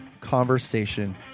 conversation